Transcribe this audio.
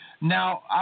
Now